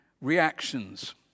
reactions